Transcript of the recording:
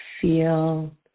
feel